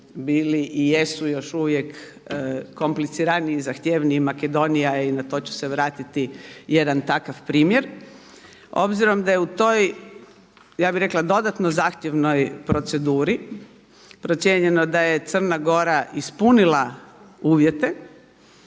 bili i jesu još uvijek kompliciraniji i zahtjevniji. Makedonija je i na to ću se vratiti jedan takav primjer. Obzirom da je u toj ja bih rekla dodatno zahtjevnoj proceduri procijenjeno da je Crna Gora ispunila uvjete